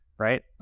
right